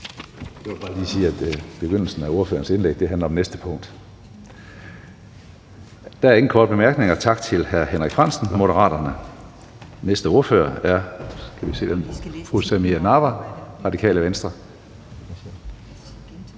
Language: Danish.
Jeg vil bare lige sige, at begyndelsen af ordførerens indlæg handlede om næste punkt. Der er ingen korte bemærkninger. Tak til hr. Henrik Frandsen, Moderaterne. Næste ordfører er fru Samira Nawa, Radikale Venstre.